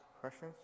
questions